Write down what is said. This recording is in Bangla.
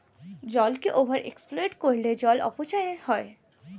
জলকে ওভার এক্সপ্লয়েট করলে জল অপচয় হয়